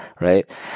Right